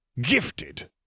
Gifted